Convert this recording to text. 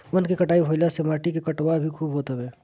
वन के कटाई भाइला से माटी के कटाव भी खूब होत हवे